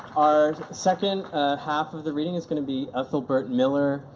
our second half of the reading is going to be ethelbert miller,